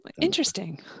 Interesting